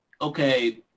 Okay